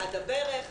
עד הברך,